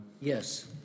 Yes